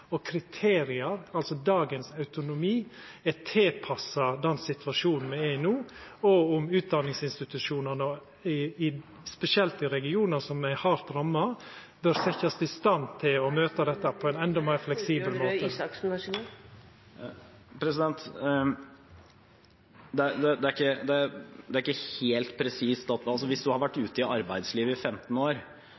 og kriteria – altså dagens autonomi – er tilpassa den situasjonen me er i no, og om utdanningsinstitusjonane, spesielt i regionar som er hardt ramma, bør setjast i stand til å møta dette på ein endå meir fleksibel måte. Det